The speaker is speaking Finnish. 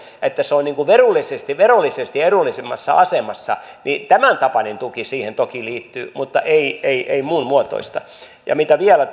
että se on verollisesti verollisesti edullisemmassa asemassa ja jos skinnari näin olisi sanonut niin tämäntapainen tuki siihen toki liittyy mutta ei ei muunmuotoista mitä vielä